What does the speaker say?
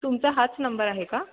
तुमचा हाच नंबर आहे का